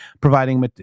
providing